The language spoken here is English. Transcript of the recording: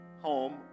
home